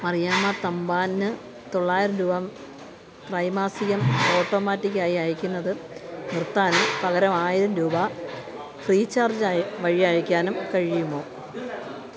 മറിയാമ്മ തമ്പാന് തൊള്ളായിരം രൂപ ത്രൈമാസികം ഓട്ടോമാറ്റിക്ക് ആയി അയയ്ക്കുന്നത് നിർത്താനും പകരം ആയിരം രൂപ ഫ്രീ ചാർജായി വഴി അയയ്ക്കാനും കഴിയുമോ